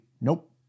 Nope